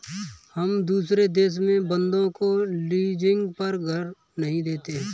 हम दुसरे देश के बन्दों को लीजिंग पर घर नहीं देते